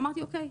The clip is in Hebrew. אמרתי: אוקיי,